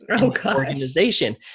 organization